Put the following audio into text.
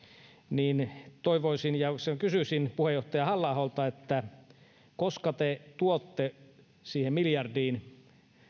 niin toivoisin ja kysyisin puheenjohtaja halla aholta koska te tuotte siihen miljardiin